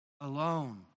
alone